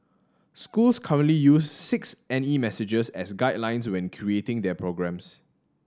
schools currently use six N E messages as guidelines when creating their programmes